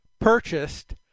purchased